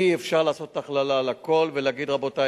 אי-אפשר לעשות הכללה על הכול ולהגיד: רבותי,